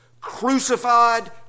crucified